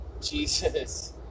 Jesus